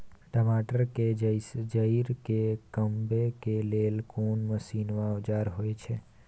टमाटर के जईर के कमबै के लेल कोन मसीन व औजार होय छै?